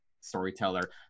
storyteller